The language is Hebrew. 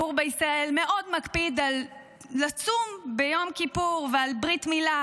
הציבור בישראל מאוד מקפיד על לצום יום כיפור ועל ברית מילה,